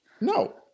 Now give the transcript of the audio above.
No